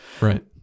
Right